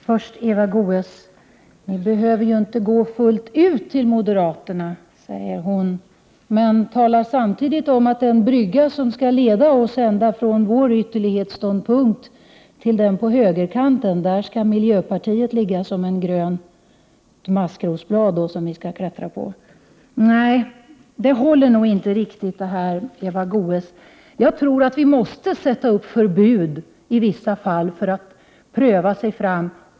Herr talman! Ni behöver ju inte gå fullt ut till moderaterna, säger Eva Goés, samtidigt som hon talar om att på den brygga som skall leda oss från vår ytterlighetsståndpunkt till högerkanten skall miljöpartiet ligga som ett grönt maskrosblad, som vi skall klättra på. Nej, det håller nog inte riktigt, Eva Goés. Jag tror att vi måste sätta upp förbud i vissa fall för att man skall kunna pröva sig fram.